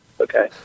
Okay